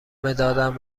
مدادم